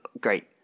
great